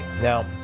Now